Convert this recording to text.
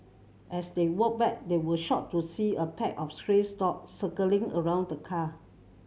as they walked back they were shocked to see a pack of stray dogs circling around the car